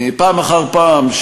פעם אחר פעם,